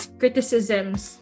criticisms